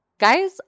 Guys